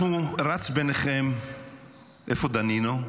איפה דנינו?